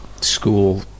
school